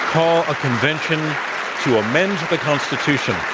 call a convention to amend the constitution. and